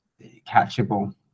catchable